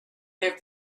their